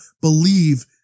believe